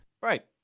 Right